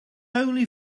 only